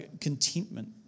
contentment